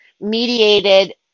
mediated